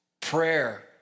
prayer